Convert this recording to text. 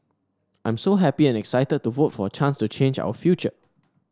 I'm so happy and excited to vote for a chance to change our future